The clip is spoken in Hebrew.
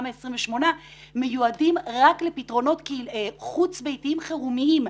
גם ה-28 מיליון מיועדים רק לפתרונות חוץ ביתיים חירומיים.